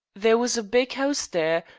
there was a big ouse there.